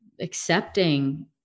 accepting